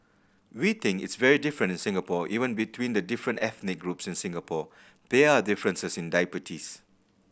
we think it's very different in Singapore even between the different ethnic groups in Singapore there are differences in diabetes